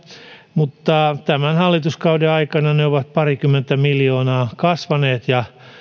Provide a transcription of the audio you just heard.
mutta tämän hallituskauden aikana ne ovat parikymmentä miljoonaa kasvaneet ja